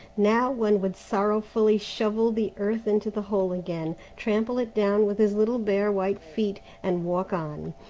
now one would sorrowfully shovel the earth into the hole again, trample it down with his little bare white feet, and walk on.